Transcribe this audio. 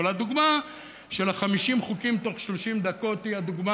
אבל הדוגמה של 50 חוקים תוך 30 דקות היא הדוגמה